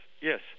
yes